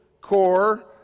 core